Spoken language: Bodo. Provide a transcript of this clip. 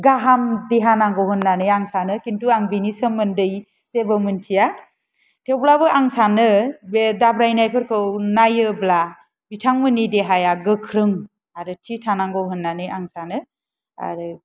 गाहाम देहा नांगौ होननानै आं सानो किन्तु आं बेनि सोमोन्दै जेबो मोन्थिया थेवब्लाबो आं सानो बे दाब्रायनाय फोरखौ नायोब्ला बिथां मोननि देहाया गोख्रों आरो थि थानांगौ होननानै आं सानो आरो